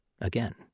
again